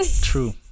True